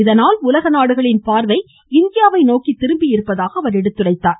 இதனால் உலக நாடுகளின் பார்வை இந்தியாவை நோக்கி திரும்பியிருப்பதாக அவர் எடுத்துரைத்தார்